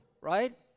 right